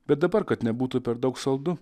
bet dabar kad nebūtų per daug saldu